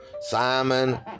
Simon